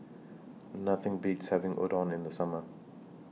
Nothing Beats having Udon in The Summer